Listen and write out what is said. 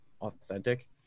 authentic